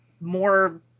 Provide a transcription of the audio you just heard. more